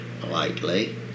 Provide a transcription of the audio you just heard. politely